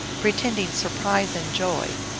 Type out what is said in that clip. pretending surprise and joy,